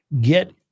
get